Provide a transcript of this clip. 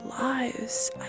lives